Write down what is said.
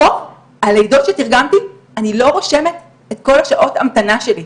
רוב הלידות שתרגמתי אני לא רושמת את כל שעות ההמתנה שלי.